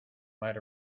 might